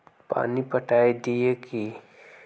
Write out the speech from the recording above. पानी पटाय दिये की?